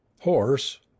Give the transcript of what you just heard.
horse